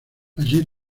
allí